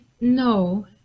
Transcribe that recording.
no